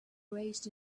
raced